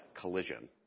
collision